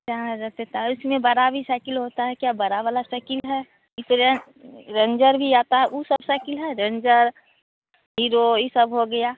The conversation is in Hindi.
चार हज़ार पैंतालिस सौ तो उसमें बड़ा भी साइकिल होता है क्या बड़ा वाला साइकिल है इस रेन्ज रेन्जर भी आता है वह सब साइकिल है रेन्जर हीरो यह सब हो गया